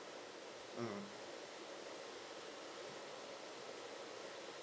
mm